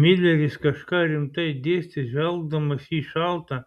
mileris kažką rimtai dėstė žvelgdamas į šaltą